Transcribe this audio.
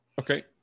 Okay